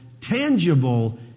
tangible